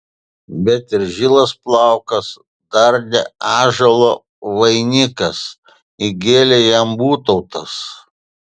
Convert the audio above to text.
bet ir žilas plaukas dar ne ąžuolo vainikas įgėlė jam būtautas